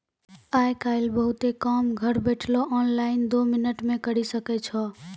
आय काइल बहुते काम घर बैठलो ऑनलाइन दो मिनट मे करी सकै छो